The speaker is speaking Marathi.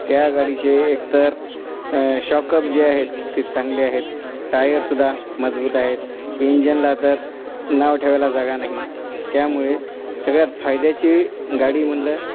त्या गाडीचे एकतर शॉकअप जे आहेत ते चांगले आहेत टायरसुद्धा मजबूत आहेत इंजनला तर नाव ठेवायला जागा नाही त्यामुळे सगळ्यात फायद्याची गाडी म्हणलं